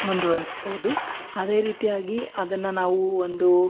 ಮುಂದುವರಿಸ್ಬೋದು ಅದೇ ರೀತಿಯಾಗಿ ಅದನ್ನ ನಾವು ಒಂದು